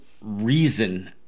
reason